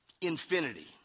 infinity